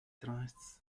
transdev